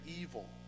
evil